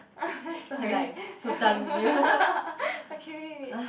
sorry okay wait wait